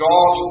God